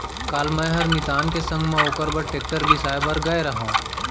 काल मैंहर मितान के संग म ओकर बर टेक्टर बिसाए बर गए रहव